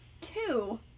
Two